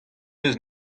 eus